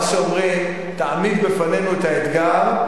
מה שאומרים: תעמיד בפנינו את האתגר,